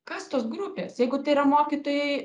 kas tos grupės jeigu tai yra mokytojai